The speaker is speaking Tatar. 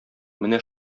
менә